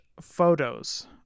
photos